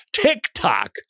TikTok